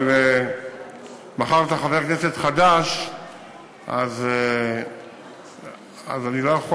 אבל מאחר שאתה חבר כנסת חדש אני לא יכול